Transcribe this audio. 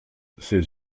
ses